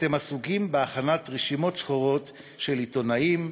אתם עסוקים בהכנת רשימות שחורות של עיתונאים,